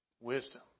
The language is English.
Wisdom